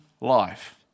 life